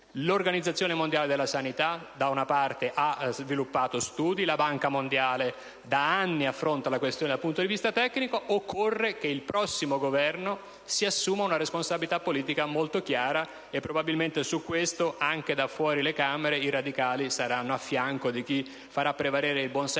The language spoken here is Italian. L'Organizzazione mondiale della sanità ha sviluppato studi e la Banca mondiale affronta da anni la questione dal punto di vista tecnico. Occorre, dunque, che il prossimo Governo si assuma una responsabilità politica molto chiara; probabilmente su questo tema, anche al di fuori delle Camere, i radicali saranno al fianco di chi farà prevalere il buon senso